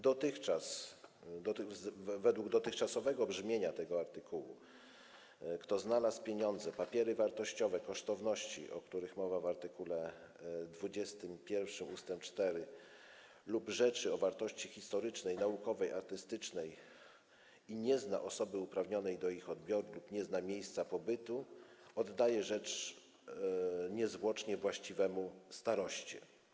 Dotychczasowe brzmienie tego artykułu: Kto znalazł pieniądze, papiery wartościowe, kosztowności, o których mowa w art. 21 ust. 4, lub rzeczy o wartości historycznej, naukowej, artystycznej i nie zna osoby uprawnionej do ich odbioru lub nie zna jej miejsca pobytu, oddaje rzecz niezwłocznie właściwemu staroście.